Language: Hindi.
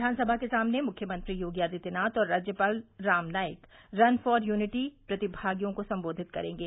विधानसभा के सामने मुख्यमंत्री योगी आदित्यनाथ और राज्यपाल Ram Naik run for unity प्रतिमागियों को संबोधित करेंगे